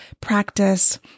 practice